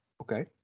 Okay